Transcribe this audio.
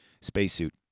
spacesuit